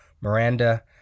Miranda